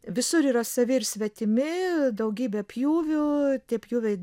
visur yra savi ir svetimi daugybė pjūvių tie pjūviai